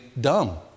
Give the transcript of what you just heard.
dumb